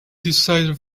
decided